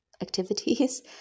activities